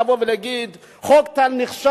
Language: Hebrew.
לבוא ולהגיד: חוק טל נכשל,